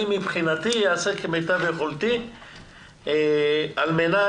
מבחינתי אעשה כמיטב יכולתי על מנת